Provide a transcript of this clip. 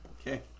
Okay